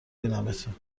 بینمتون